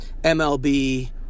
MLB